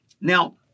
Now